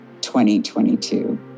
2022